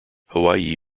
hawaii